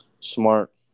Smart